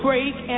Break